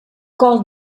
col